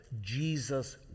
Jesus